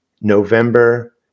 November